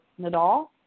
Nadal